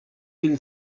been